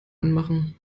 anmachen